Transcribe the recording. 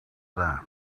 that